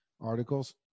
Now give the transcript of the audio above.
articles